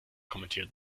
kommentiert